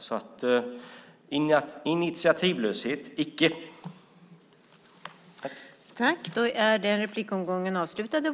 Någon initiativlöshet är det alltså icke fråga om.